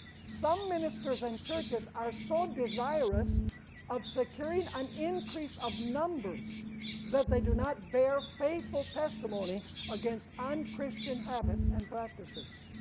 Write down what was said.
some ministers and churches are so desirous of securing an increase of numbers that they do not bear faithful testimony against unchristian habits and practices.